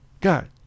God